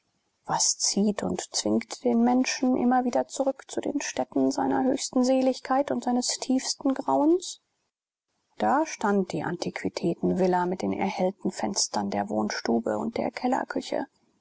was zieht und zwingt den menschen immer wieder zurück zu den stätten seiner höchsten seligkeit und seines tiefsten grauens da stand die antiquitätenvilla mit den erhellten fenstern der wohnstube und der